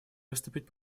выступить